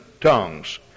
tongues